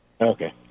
Okay